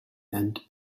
and